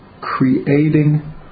creating